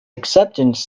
acceptance